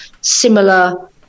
similar